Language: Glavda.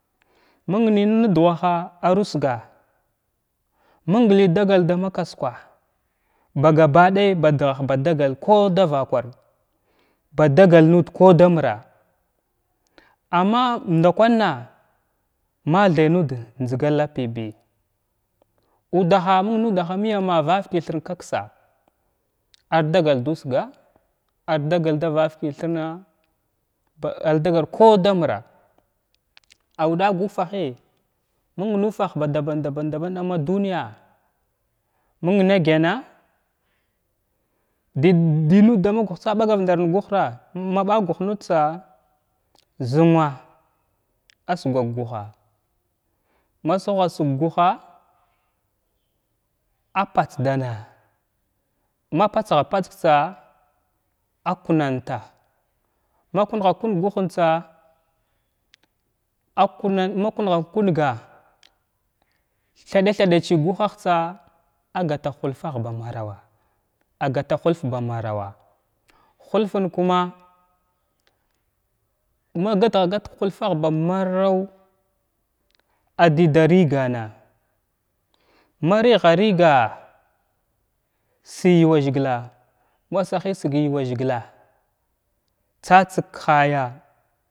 Məng ləy məng naduhaha usga’a, məng ləy dagal dama kwaskwa baga ɗay ba dughaha badagal ku davakar ba dagal nud ko damra amma ndakwanna mathay nud njegatapi bi uddaha məng nudaha mayam vavaka thirn ksa ar dagal duusga ar dagal da vavaka thirna ba ardagal ko dumra aw ɗaga ufahahi məng nufhah daban daɓan daɓan ma duniya məng na gyanna, dəy dəynud dama guhtsa ɓagav ndar guhna ma ɓa guhnudtsa zunwa asugwa ka guha’a ma sughasug k-guha a pats dana ma pats gha patsg tsa a kunata ma kungha kung ka guhuntsa akunat makumghant kunga thaɗa thaɗan tsi guhatsa agadi tsi ka hulfah ba marawwa agata hulf ba marawwa hulfah ba maraw adəda. Riganna ma righa riga’a ləy yawa zəgla ma sahisig yuwa zəgla tsutsəg la laya.